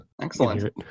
Excellent